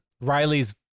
Riley's